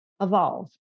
evolve